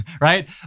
right